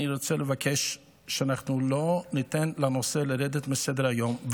אני רוצה לבקש שלא ניתן לנושא הזה לרדת מסדר-היום.